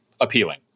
appealing